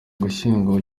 ugushyingo